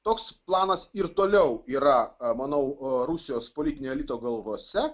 toks planas ir toliau yra manau o rusijos politinio elito galvose